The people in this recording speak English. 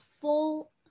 full